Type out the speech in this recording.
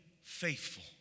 faithful